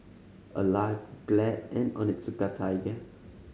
Alive Glad and Onitsuka Tiger